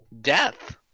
Death